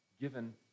given